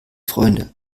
freunde